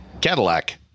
Cadillac